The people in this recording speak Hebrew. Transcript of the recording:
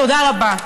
תודה רבה.